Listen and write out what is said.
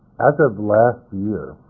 as of last year,